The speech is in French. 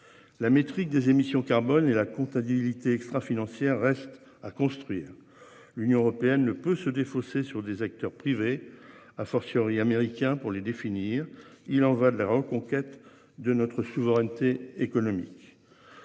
La maîtrise des émissions carbone et la comptabilité extra-financière reste à construire. L'Union européenne le peut se défausser sur des acteurs privés a fortiori américain pour les définir. Il en va de la reconquête de notre souveraineté économique.